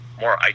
more